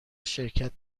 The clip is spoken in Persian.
شرکت